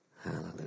Hallelujah